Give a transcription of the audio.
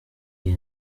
iyi